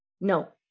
No